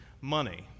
money